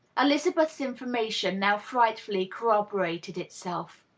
elizabetiti's information now frightfully corroborated itself.